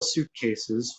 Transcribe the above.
suitcases